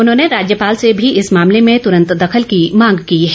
उन्होंने राज्यपाल से भी इस मामले में तुरंत दखल की मांग की है